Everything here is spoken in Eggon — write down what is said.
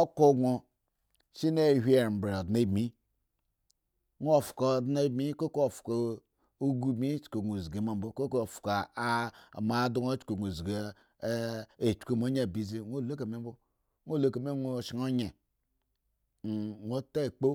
oko gon shin a hwi embo odne mbi won fa odne mbi kokwa fa ugu mbi gon zgi ma mbo lokwafa mo adon achkwu gon akpiki mo ayi aba ze won luka mi won shnyi won ta akpo.